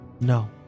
No